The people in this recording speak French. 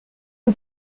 que